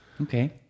Okay